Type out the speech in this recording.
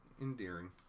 endearing